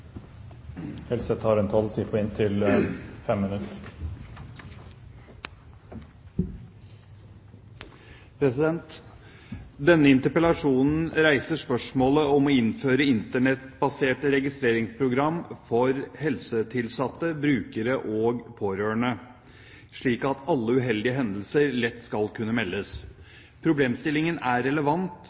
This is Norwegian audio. vi har under vurdering. Denne interpellasjonen reiser spørsmålet om å innføre Internett-baserte registreringsprogram for helsetilsatte, brukere og pårørende slik at alle uheldige hendelser lett skal kunne meldes. Problemstillingen er relevant